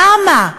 למה?